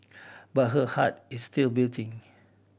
but her heart is still beating